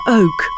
oak